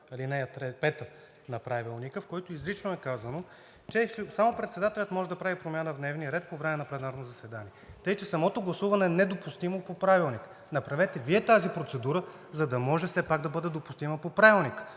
ал. 5 на Правилника, в който изрично е казано, че само председателят може да прави промяна в дневния ред по време на пленарно заседание. Така че самото гласуване е недопустимо по Правилника. Направете Вие тази процедура, за да може все пак да бъде допустима по Правилника.